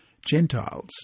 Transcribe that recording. Gentiles